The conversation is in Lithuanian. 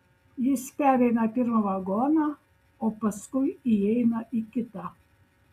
jis pereina pirmą vagoną o paskui įeina į kitą